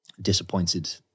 disappointed